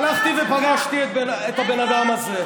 הלכתי ופגשתי את הבן אדם הזה.